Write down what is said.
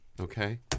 okay